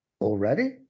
already